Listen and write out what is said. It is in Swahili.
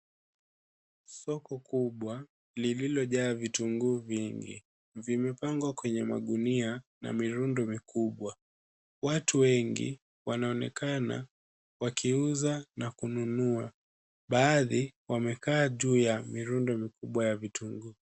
Soko kubwa lililojaa vitunguu vingi, vimepangwa kwenye magunia na mirundo mikubwa. Watu wengi wanaonekana wakiuza na kununua. Baadhi wamekaa juu ya mirundo mikubwa ya vitunguu.